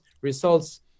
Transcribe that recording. results